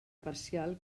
parcial